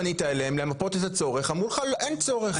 פנית על מנת לתת מענה לצורך ואמרו לך שאין צורך?